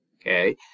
okay